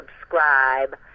subscribe